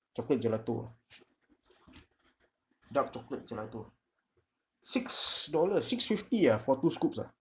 chocolate gelato ah dark chocolate gelato six dollars six fifty ah for two scoops ah